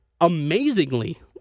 amazingly